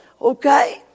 okay